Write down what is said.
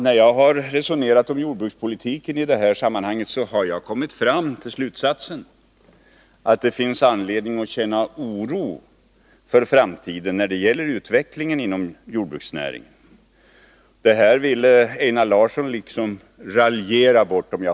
När jag har resonerat om jordbrukspolitiken i det här sammanhanget har jag kommit fram till slutsatsen att det finns anledning att känna oro för framtiden när det gäller utvecklingen inom jordbruksnäringen. Detta ville Einar Larsson raljera bort.